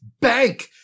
bank